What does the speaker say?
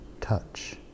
touch